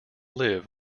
live